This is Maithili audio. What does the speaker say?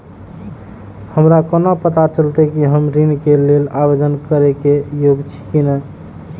हमरा कोना पताा चलते कि हम ऋण के लेल आवेदन करे के योग्य छी की ने?